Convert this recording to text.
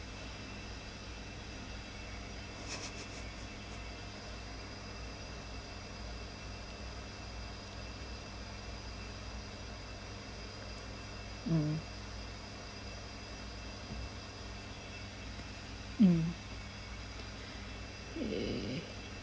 mm mm err